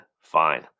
fine